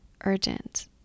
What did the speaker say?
urgent